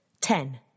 Ten